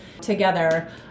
together